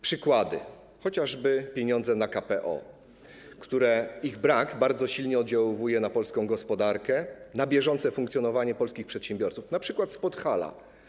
Przykładem chociażby pieniądze na KPO - ich brak bardzo silnie oddziałuje na polską gospodarkę, na bieżące funkcjonowanie polskich przedsiębiorców, np. z Podhala.